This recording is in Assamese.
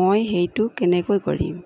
মই সেইটো কেনেকৈ কৰিম